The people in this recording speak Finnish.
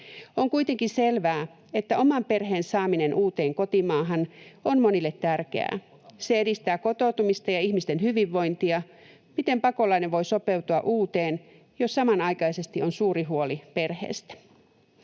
On kuitenkin selvää, että oman perheen saaminen uuteen kotimaahan on monille tärkeää. Se edistää kotoutumista ja ihmisten hyvinvointia. Miten pakolainen voi sopeutua uuteen, jos samanaikaisesti on suuri huoli perheestä?